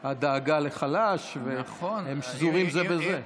הדאגה לחלש, והם שזורים זה בזה.